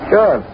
Sure